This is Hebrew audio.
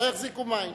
לא יחזיקו מים.